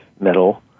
metal